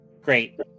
great